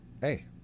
Hey